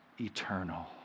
eternal